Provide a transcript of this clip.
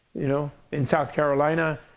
you know in south carolina,